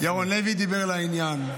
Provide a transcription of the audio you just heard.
ירון לוי דיבר לעניין.